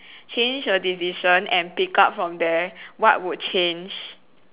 change your decision and pick up from there what would change